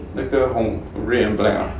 那个红 red and black ah